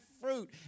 fruit